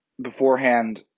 Beforehand